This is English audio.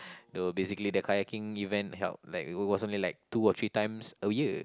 though basically the kayaking event held like it was only like two or three times a year